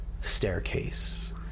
staircase